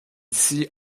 sea